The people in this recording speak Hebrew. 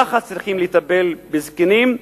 ככה צריכים לטפל בזקנים.